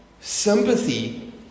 sympathy